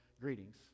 greetings